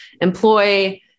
employ